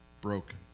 broken